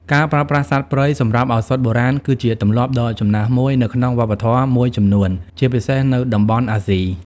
ការប្រើប្រាស់សត្វព្រៃសម្រាប់ឱសថបុរាណគឺជាទម្លាប់ដ៏ចំណាស់មួយនៅក្នុងវប្បធម៌មួយចំនួន ជាពិសេសនៅតំបន់អាស៊ី។